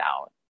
out